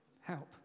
help